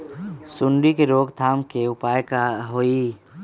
सूंडी के रोक थाम के उपाय का होई?